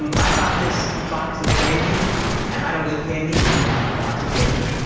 um i got this box of candy, and i don't eat candy. would you like the box of candy?